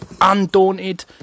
Undaunted